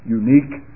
unique